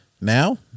now